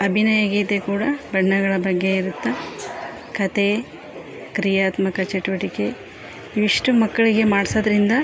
ಅಭಿನಯ ಗೀತೆ ಕೂಡ ಬಣ್ಣಗಳ ಬಗ್ಗೆ ಇರುತ್ತೆ ಕಥೆ ಕ್ರಿಯಾತ್ಮಕ ಚಟುವಟಿಕೆ ಇವಿಷ್ಟು ಮಕ್ಕಳಿಗೆ ಮಾಡಿಸೋದ್ರಿಂದ